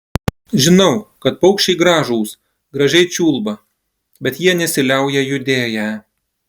žinau kad paukščiai gražūs gražiai čiulba bet jie nesiliauja judėję